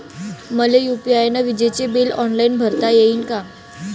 मले यू.पी.आय न विजेचे बिल ऑनलाईन भरता येईन का?